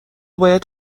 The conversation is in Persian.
باید